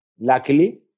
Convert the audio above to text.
luckily